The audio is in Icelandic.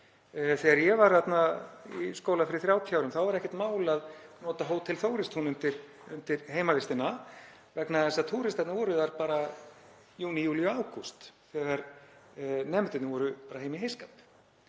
Þegar ég var þarna í skóla fyrir 30 árum þá var ekkert mál að nota Hótel Þóristún undir heimavistina vegna þess að túristarnir voru þar bara í júní, júlí, ágúst þegar nemendurnir voru heima í heyskap.